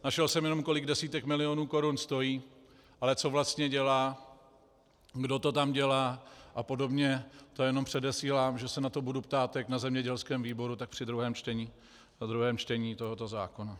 Našel jsem jenom, kolik desítek milionů korun stojí, ale co vlastně dělá, kdo to tam dělá a podobně, to jenom předesílám, že se na to budu ptát jak na zemědělském výboru, tak při druhém čtení tohoto zákona.